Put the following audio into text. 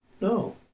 no